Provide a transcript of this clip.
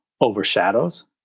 overshadows